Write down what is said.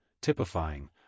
typifying